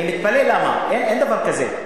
אני מתפלא למה, אין דבר כזה.